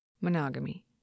Monogamy